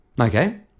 Okay